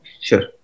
Sure